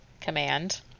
command